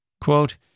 Quote